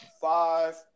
five